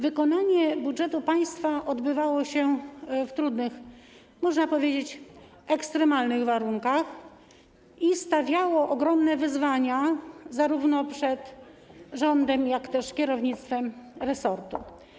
Wykonanie budżetu państwa odbywało się w trudnych, można powiedzieć: ekstremalnych, warunkach i stawiało ogromne wyzwania zarówno przed rządem, jak i kierownictwem resortu.